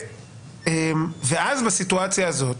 ואז בסיטואציה הזאת